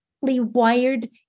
wired